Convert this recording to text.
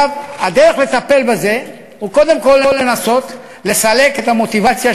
הדרך לטפל בזה היא קודם כול לנסות לסלק את המוטיבציה